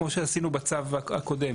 כמו שעשינו בצו הקודם.